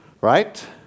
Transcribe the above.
right